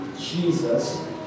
Jesus